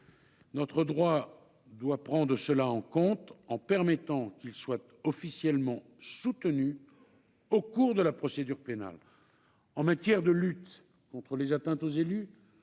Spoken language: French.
Notre droit doit en tenir compte, en permettant que les élus soient officiellement soutenus au cours de la procédure pénale. En matière de lutte contre les atteintes aux élus,